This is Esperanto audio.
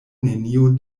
neniu